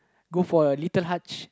go for little